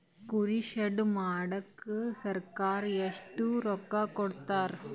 ಕುರಿ ಶೆಡ್ ಮಾಡಕ ಸರ್ಕಾರ ಎಷ್ಟು ರೊಕ್ಕ ಕೊಡ್ತಾರ?